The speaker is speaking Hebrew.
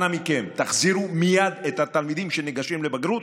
אנא מכם, תחזירו מייד את התלמידים שניגשים לבגרות,